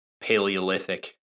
Paleolithic